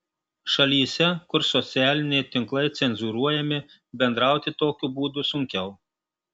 šalyse kur socialiniai tinklai cenzūruojami bendrauti tokiu būdu sunkiau